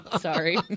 Sorry